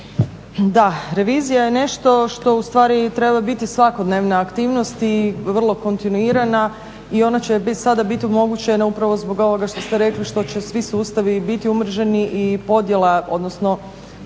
Da, revizija je nešto što ustvari treba biti svakodnevna aktivnost i vrlo kontinuirana i ona će sada biti omogućena upravo zbog ovoga što ste rekli što će svi sustavi biti umreženi i podjela, odnosno